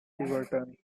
tiverton